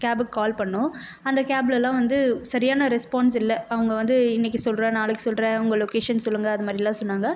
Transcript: கேபுக்கு call பண்ணோம் அந்த கேப்லலாம் வந்து சரியான ரெஸ்பான்ஸ் இல்லை அவங்க வந்து இன்னைக்கு சொல்கிறேன் நாளைக்கு சொல்கிறேன் உங்கள் லொக்கேஷன் சொல்லுங்க அதுமாதிரிலாம் சொன்னாங்க